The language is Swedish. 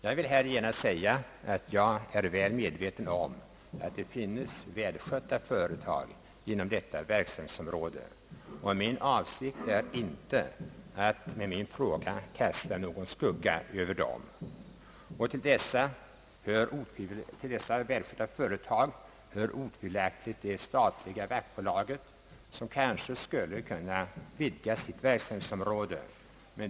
Jag vill här genast säga att jag är väl medveten om att det finns välskötta företag inom detta verksamhetsområde, och min avsikt är inte att med min fråga kasta någon skugga över dem. Till dessa företag hör otvivelaktigt det statliga vaktbolaget som kanske skulle kunna vidga sitt verksamhetsområde.